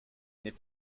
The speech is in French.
n’est